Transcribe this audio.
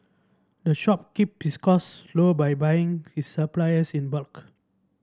the shop keeps its cost low by buying its supplies in bulk